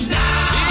now